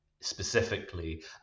specifically